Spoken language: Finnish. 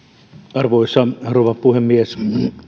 arvoisa rouva puhemies